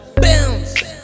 bounce